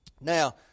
Now